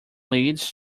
leads